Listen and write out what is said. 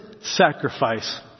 sacrifice